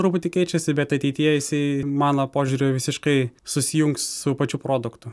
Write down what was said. truputį keičiasi bet ateityje jisai mano požiūriu visiškai susijungs su pačiu produktu